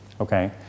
Okay